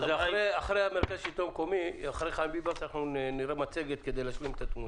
אז אחרי חיים ביבס נראה מצגת כדי להשלים את התמונה.